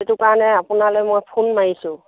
সেইটো কাৰণে আপোনালৈ মই ফোন মাৰিছোঁ